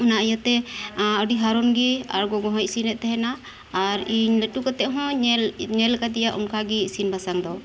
ᱚᱱᱟ ᱤᱭᱟᱹ ᱛᱮ ᱟᱹᱰᱤ ᱦᱟᱨᱚᱱ ᱜᱮ ᱟᱨ ᱜᱚᱜᱚ ᱦᱚᱸ ᱤᱥᱤᱱᱮᱫ ᱛᱟᱦᱮᱱᱟ ᱟᱨ ᱤᱧ ᱞᱟᱹᱴᱩ ᱠᱟᱛᱮ ᱦᱚᱸ ᱧᱮ ᱧᱮᱞ ᱟᱠᱟᱫᱮᱭᱟ ᱚᱱᱠᱟ ᱜᱮ ᱤᱥᱤᱱ ᱵᱟᱥᱟᱝ ᱫᱚ